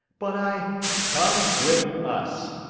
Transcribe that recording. but i come with us!